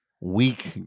weak